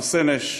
חנה סנש,